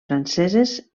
franceses